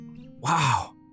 Wow